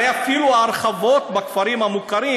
הרי אפילו ההרחבות בכפרים המוכרים,